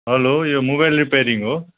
hello यो mobile repairing हो